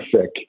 sick